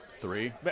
Three